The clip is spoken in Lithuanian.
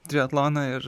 triatloną ir